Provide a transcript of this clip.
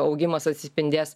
augimas atsispindės